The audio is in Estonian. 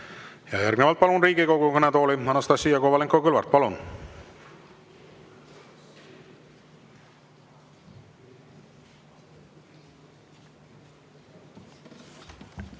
Järgnevalt palun Riigikogu kõnetooli Anastassia Kovalenko-Kõlvarti. Palun!